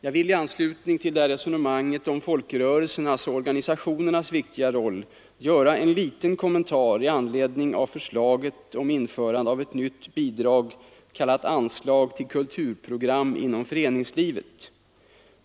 Jag vill i anslutning till mitt resonemang om folkrörelsernas och organisationernas viktiga roll göra en liten kommentar i anledning av förslaget om införande av ett nytt bidrag, kallat anslag till Kulturprogram inom föreningslivet.